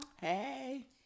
Hey